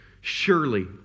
Surely